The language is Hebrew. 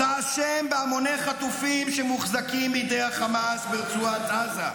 אתה אשם בהמוני חטופים שמוחזקים בידי החמאס ברצועת עזה,